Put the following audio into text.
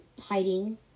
hiding